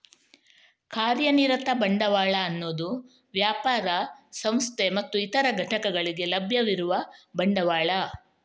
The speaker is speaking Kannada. ಕಾರ್ಯನಿರತ ಬಂಡವಾಳ ಅನ್ನುದು ವ್ಯಾಪಾರ, ಸಂಸ್ಥೆ ಮತ್ತೆ ಇತರ ಘಟಕಗಳಿಗೆ ಲಭ್ಯವಿರುವ ಬಂಡವಾಳ